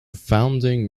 founding